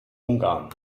ungarn